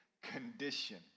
Condition